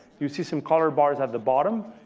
you see some color bars at the bottom.